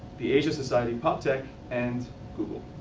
the asia society, poptech, and google.